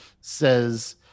says